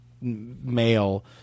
male